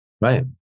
Right